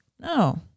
No